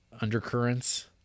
undercurrents